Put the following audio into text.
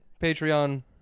Patreon